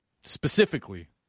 specifically